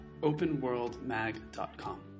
openworldmag.com